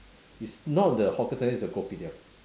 it's not the hawker center it's the kopitiam